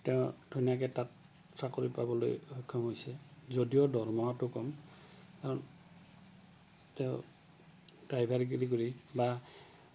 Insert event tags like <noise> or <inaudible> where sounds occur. তেওঁ ধুনীয়াকে তাত চাকৰি পাবলৈ সক্ষম হৈছে যদিও দৰমহাটো ক'ম তেওঁ ড্ৰাইভাৰ <unintelligible> বা